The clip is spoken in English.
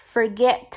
Forget